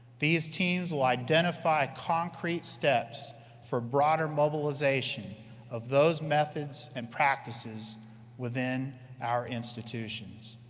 these teams will identify concrete steps for broader mobilization of those methods and practices within our institutions.